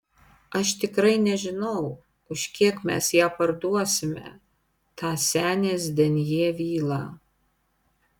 aš tikrai nežinau už kiek mes ją parduosime tą senės denjė vilą